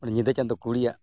ᱧᱤᱫᱟᱹ ᱪᱟᱸᱫᱳ ᱠᱩᱲᱤᱭᱟᱜ